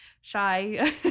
shy